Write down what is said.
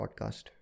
podcast